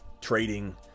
trading